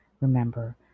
remember